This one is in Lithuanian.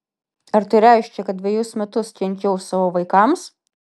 ar tai reiškia kad dvejus metus kenkiau savo vaikams